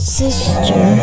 sister